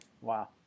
Wow